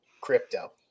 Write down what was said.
crypto